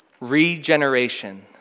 Regeneration